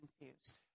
confused